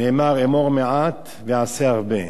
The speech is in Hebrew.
נאמר: "אמור מעט ועשה הרבה,